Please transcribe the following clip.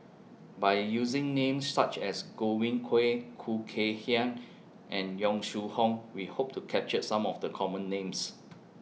By using Names such as Godwin Koay Khoo Kay Hian and Yong Shu Hoong We Hope to capture Some of The Common Names